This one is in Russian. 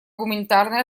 гуманитарной